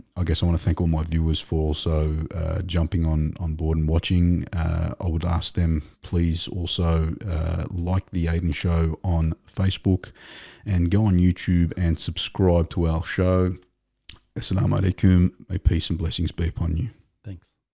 i guess i want to thank all my viewers for so jumping on on board and watching i ah would ask them, please also like the aiden show on facebook and go on youtube and subscribe to our show assalamualaikum a peace and blessings be upon you thanks